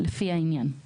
אלא לפי הוראות חוק זה.